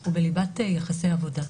הוא בליבת יחסי העבודה.